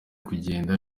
kugenda